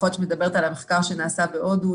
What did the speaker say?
יכול להיות שאת מדברת על המחקר שנעשה בהודו,